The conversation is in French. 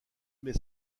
met